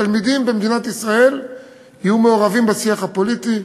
שתלמידים במדינת ישראל יהיו מעורבים בשיח הפוליטי,